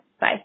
bye